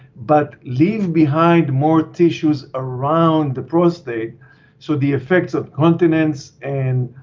but leave behind more tissues around the prostate so the effects of continence and